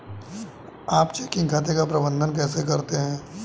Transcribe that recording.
आप चेकिंग खाते का प्रबंधन कैसे करते हैं?